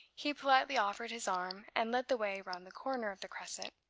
he politely offered his arm, and led the way round the corner of the crescent,